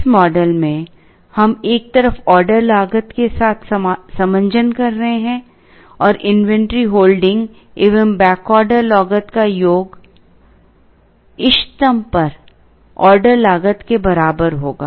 इस मॉडल में हम एक तरफ ऑर्डर लागत के साथ समंजन कर रहे हैं और इन्वेंट्री होल्डिंग एवं बैक ऑर्डर लागत का योग इष्टतम पर ऑर्डर लागत के बराबर होगा